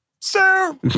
sir